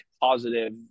positive